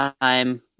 time